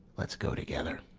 let's go together.